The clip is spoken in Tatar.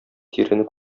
тирене